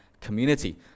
community